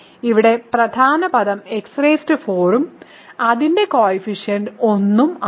ഇവിടെ പ്രധാന പദം x4 ഉം അതിന്റെ കോയിഫിഷ്യൻറ് 1 ഉം ആണ്